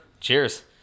Cheers